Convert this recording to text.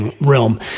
realm